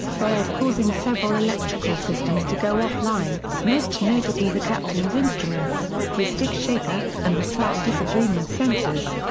failed causing several electrical systems to go offline, most notably the captain's instruments, his stick shaker, and the slat disagreement sensors.